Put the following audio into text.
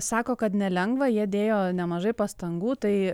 sako kad nelengva jie dėjo nemažai pastangų tai